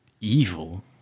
evil